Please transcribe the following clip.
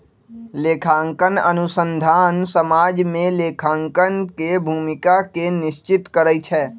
लेखांकन अनुसंधान समाज में लेखांकन के भूमिका के निश्चित करइ छै